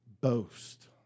boast